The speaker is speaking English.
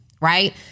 Right